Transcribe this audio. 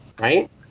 right